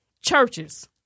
churches